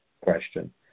question